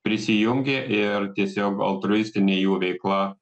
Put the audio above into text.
prisijungė ir tiesiog altruistinė jų veikla